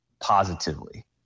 positively